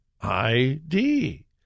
ID